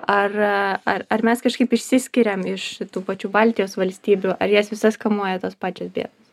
ar ar ar mes kažkaip išsiskiriam iš tų pačių baltijos valstybių ar jas visas kamuoja tos pačios bėdos